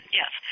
yes